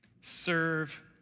serve